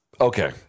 okay